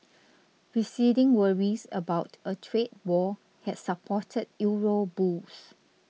receding worries about a trade war had supported euro bulls